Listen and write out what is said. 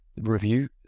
review